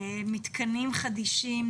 מתקנים חדישים,